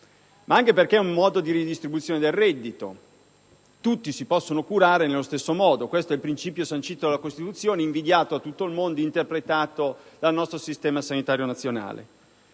ma anche perché è un modo di redistribuzione del reddito: tutti si possono curare nello stesso modo. Questo è il principio sancito dalla Costituzione, invidiato da tutto il mondo ed interpretato dal nostro sistema sanitario nazionale.